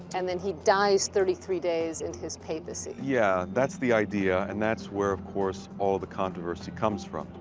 and then he dies thirty three days into his papacy. yeah, that's the idea, and that's where, of course, all the controversy comes from.